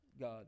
God